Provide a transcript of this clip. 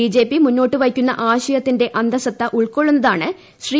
BJP മുന്നോട്ട് വയ്ക്കുന്ന ആശയത്തിന്റെ അന്തസത്ത ഉൾക്കൊള്ളുന്നതാണ് ശ്രീ